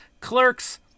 Clerks